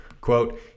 Quote